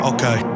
Okay